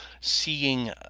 seeing